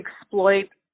exploit